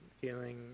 feeling